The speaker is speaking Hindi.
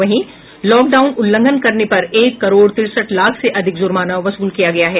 वहीं लॉकडाउन उल्लंघन करने पर एक करोड़ तिरसठ लाख से अधिक जुर्माना वसूल किया गया है